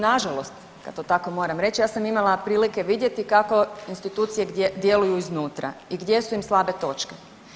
Nažalost ja to tako moram reći ja sam imala prilike vidjeti kako institucije gdje djeluju iznutra i gdje su im slabe točke.